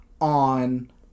on